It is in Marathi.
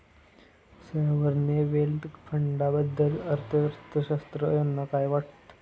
सॉव्हरेन वेल्थ फंडाबद्दल अर्थअर्थशास्त्रज्ञ यांना काय वाटतं?